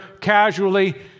casually